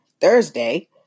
Thursday